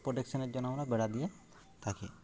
প্রোটেকশানের জন্য আমরা বেড়া দিয়ে থাকি